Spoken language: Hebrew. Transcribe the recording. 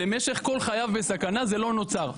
למשך כל חייו בסכנה זה לא נוצר.